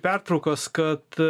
pertraukos kad